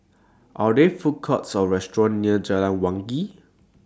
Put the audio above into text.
Are There Food Courts Or restaurants near Jalan Wangi